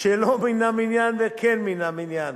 שלא מן המניין וכן מהמניין,